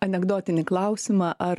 anekdotinį klausimą ar